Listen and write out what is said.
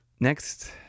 Next